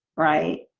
right?